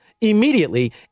Immediately